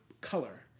color